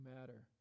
matter